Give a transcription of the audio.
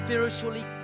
Spiritually